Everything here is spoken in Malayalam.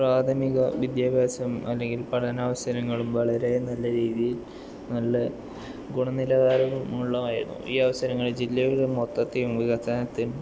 പ്രാഥമിക വിദ്യാഭ്യാസം അല്ലെങ്കിൽ പഠനാവസരങ്ങളും വളരെ നല്ല രീതിയിൽ നല്ല ഗുണനിലവാരവും ഉള്ളതായിരുന്നു ഈ അവസരങ്ങളിൽ ജില്ലകളിൽ മൊത്തത്തിൽ വികസനത്തിൽ